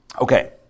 Okay